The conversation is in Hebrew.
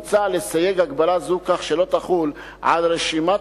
מוצע לסייג הגבלה זו כך שלא תחול על רשימת